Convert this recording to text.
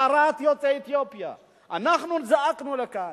אנחנו נזעקנו לכאן,